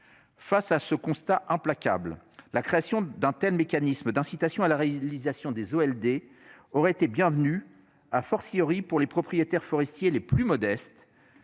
Face à ce constat implacable, la création d'un tel mécanisme d'incitation à la réutilisation des eaux LD. Aurait été bienvenu, a fortiori pour les propriétaires forestiers les plus modestes.